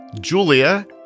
Julia